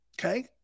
okay